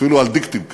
אפילו על דיקטים כאלה.